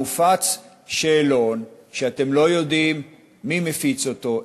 מופץ שאלון שאתם לא יודעים מי מפיץ אותו,